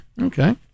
Okay